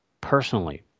Personally